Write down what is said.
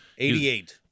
88